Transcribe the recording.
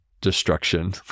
destruction